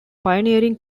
pioneering